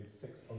six